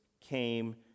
came